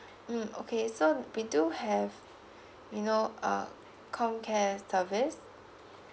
mm okay so we do have you know uh com care service